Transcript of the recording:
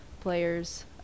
players